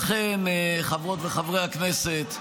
לכן, חברות וחברי הכנסת,